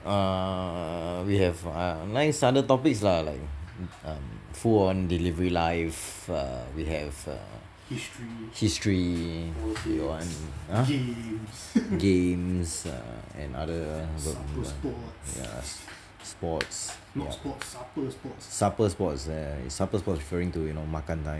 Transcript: err we have a nice other topics ah like full on delivery life err we have err history if you want !huh! games and err other don't know lah sports supper spots ah supper spots eh supper spots referring to you know makan times and all so okay you hia ming kia makan saperde ya we have like a lot of err nice hotspots to share with you guys ah I guess alright signing off err alfie and kevin thank you bye